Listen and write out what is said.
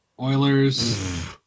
Oilers